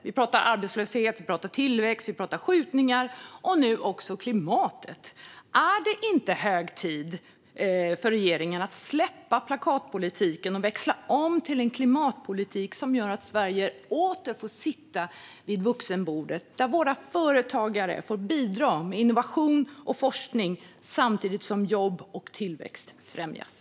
Vi pratar arbetslöshet, tillväxt, skjutningar och nu också klimatet. Är det inte hög tid för regeringen att släppa plakatpolitiken och växla om till en klimatpolitik som gör att Sverige åter får sitta vid vuxenbordet och våra företagare får bidra med innovation och forskning samtidigt som jobb och tillväxt främjas?